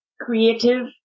creative